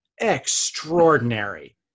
extraordinary